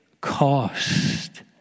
cost